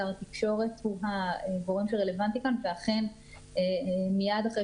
שר התקשורת הוא הגורם שרלוונטי כאן ואכן מיד אחרי